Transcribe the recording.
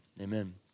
amen